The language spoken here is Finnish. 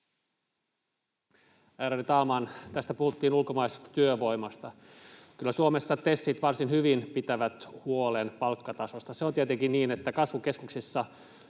Ärade talman! Tässä puhuttiin ulkomaisesta työvoimasta. Kyllä Suomessa TESit varsin hyvin pitävät huolen palkkatasosta. Se on tietenkin niin, että kasvukeskuksissa